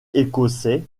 écossais